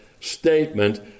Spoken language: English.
statement